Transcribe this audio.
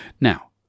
Now